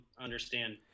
understand